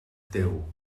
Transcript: teu